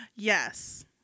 yes